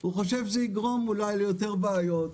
הוא חושב שזה יגרום אולי ליותר בעיות.